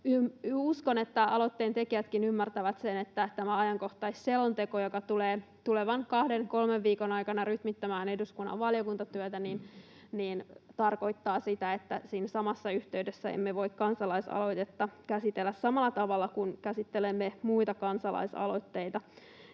asioita, että aloitteen tekijätkin ymmärtävät sen, että tämä ajankohtaisselonteko, joka tulee tulevan kahden kolmen viikon aikana rytmittämään eduskunnan valiokuntatyötä, tarkoittaa sitä, että siinä samassa yhteydessä emme voi kansalaisaloitetta käsitellä samalla tavalla kuin käsittelemme muita kansalaisaloitteita.